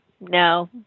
no